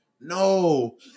no